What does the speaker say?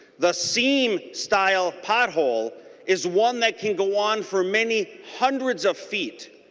the seam style pothole is one that can go on for many hundreds of feet